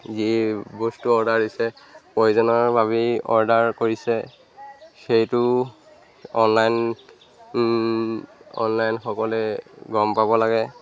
যি বস্তু অৰ্ডাৰ দিছে প্ৰয়োজনৰ বাবেই অৰ্ডাৰ কৰিছে সেইটো অনলাইন অনলাইনসকলে গম পাব লাগে